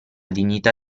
dignità